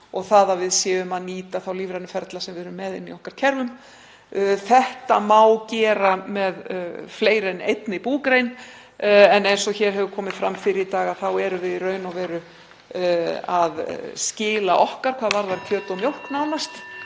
og það að við séum að nýta þá lífrænu ferla sem við erum með í okkar kerfum. Þetta má gera með fleiri en einni búgrein en eins og komið hefur fram fyrr í dag erum við nánast að skila okkar hvað varðar kjöt og mjólk og